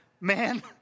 man